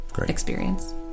experience